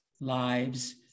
lives